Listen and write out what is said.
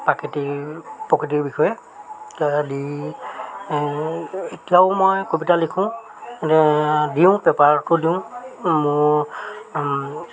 প্ৰাকৃতিৰ প্ৰকৃতিৰ বিষয়ে দি এতিয়াও মই কবিতা লিখোঁ এতিয়া দিওঁ পেপাৰটো দিওঁ মোৰ